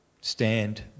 stand